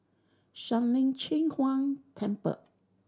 Shuang Lin Cheng Huang Temple